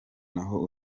naho